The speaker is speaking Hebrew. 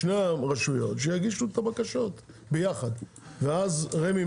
שתי הרשויות שיגישו את הבקשות ביחד ואז רמ"י,